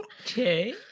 okay